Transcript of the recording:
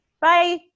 bye